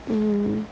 mmhmm